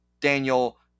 Daniel